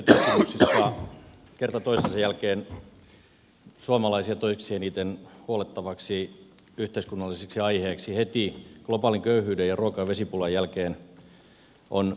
kyselytutkimuksissa kerta toisensa jälkeen suomalaisia toiseksi eniten huolettavaksi yhteiskunnalliseksi aiheeksi heti globaalin köyhyyden ja ruoka ja vesipulan jälkeen on noussut ilmastonmuutos